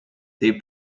they